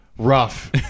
rough